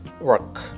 work